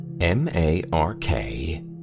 M-A-R-K